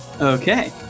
okay